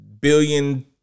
billion